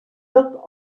looked